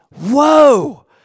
Whoa